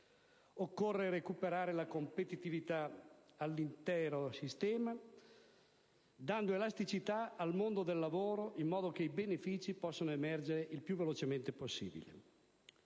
Occorre recuperare la competitività dell'intero sistema produttivo, dando elasticità al mondo del lavoro, in modo che i benefici possano emergere il più velocemente possibile.